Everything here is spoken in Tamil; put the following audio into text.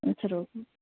ம் சரி ஓகே